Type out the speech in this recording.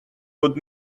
would